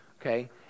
okay